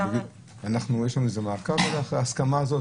יש לנו מעקב אחרי ההסכמה הזאת?